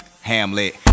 Hamlet